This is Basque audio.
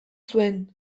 zuen